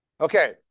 Okay